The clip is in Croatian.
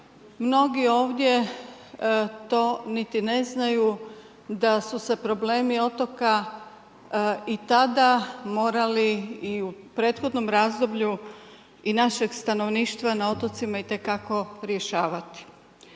mnogi ovdje to niti ne znaju, da su se problemi otoka i tada morali i u prethodnom razdoblju i našem stanovništva na otocima itekako rješavati.